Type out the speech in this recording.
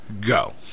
Go